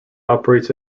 operates